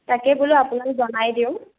তাকেই বোলো আপোনাক জনাই দিওঁ